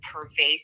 pervasive